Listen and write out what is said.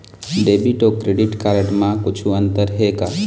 Debit अऊ credit card म कुछू अंतर हे का?